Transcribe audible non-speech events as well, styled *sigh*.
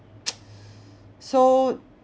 *noise* so